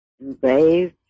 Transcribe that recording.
engraved